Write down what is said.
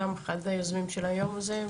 גם אחד היוזמים של היום הזה.